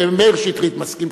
מאיר שטרית מסכים,